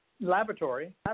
laboratory